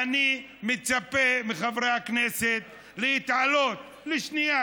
אני מצפה מחברי הכנסת להתעלות לשנייה,